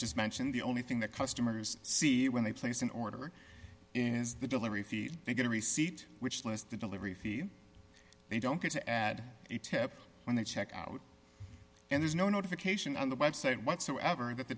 just mentioned the only thing that customers see when they place an order in is the delivery fee they get a receipt which lists the delivery fee they don't get to add a tip when they check out and there's no notification on the website whatsoever that the